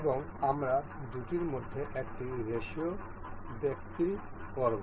এবং আমরা এই দুটির মধ্যে একটি রেসিও বিক্রি করব